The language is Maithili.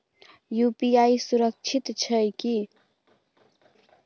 यु.पी.आई सुरक्षित छै की?